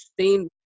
seen